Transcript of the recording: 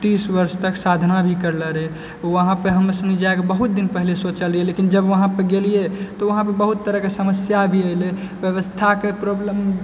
तीस वर्ष तक साधना भी करलो रहै वहाँ पर हमनी सब जाए के हमरा सब बहुत दिन पहिले सोचलियै लेकिन जब वहाँ पर गेलियै तऽ वहाँ पर बहुत तरहकेँ समस्या भी एलै व्यवस्थाके प्रॉब्लम